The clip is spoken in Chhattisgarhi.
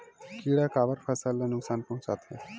किड़ा काबर फसल ल नुकसान पहुचाथे?